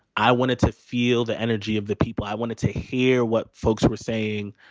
i wanted to feel the energy of the people. i wanted to hear what folks were saying.